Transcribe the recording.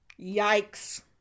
yikes